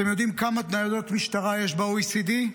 אתם יודעים כמה ניידות משטרה יש ב-OECD?